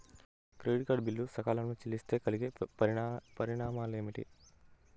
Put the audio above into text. Credit card bill సకాలంలో చెల్లిస్తే కలిగే పరిణామాలేమిటి?